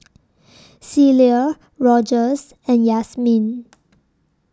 Celia Rogers and Yasmine